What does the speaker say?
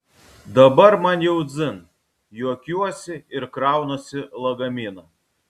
dabar man jau dzin juokiuosi ir kraunuosi lagaminą